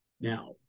Now